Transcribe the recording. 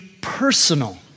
personal